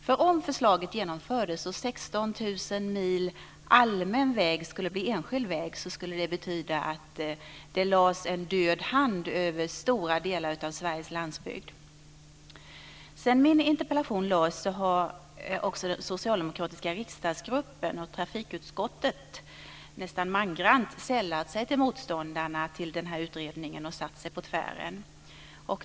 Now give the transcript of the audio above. För om förslaget genomfördes, och 16 000 mil allmän väg skulle bli enskild väg, så skulle det betyda att det lades en död hand över stora delar av Sveriges landsbygd. Sedan min interpellation lades har också den socialdemokratiska riksdagsgruppen och trafikutskottet nästan mangrant sällat sig till motståndarna mot den här utredningen och satt sig på tvären.